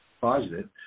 positive